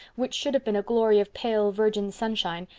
which should have been a glory of pale virgin sunshine,